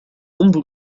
انظر